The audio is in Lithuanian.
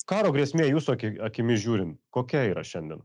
karo grėsmė jūsų aki akimis žiūrint kokia yra šiandien